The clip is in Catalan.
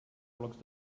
blocs